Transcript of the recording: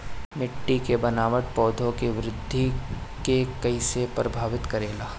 मिट्टी के बनावट पौधों की वृद्धि के कईसे प्रभावित करेला?